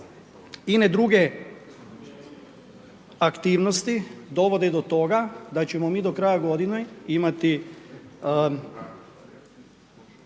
Ine druge aktivnosti dovode do toga da ćemo mi do kraja godine imati